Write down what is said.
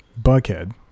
Buckhead